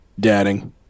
Dadding